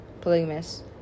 polygamous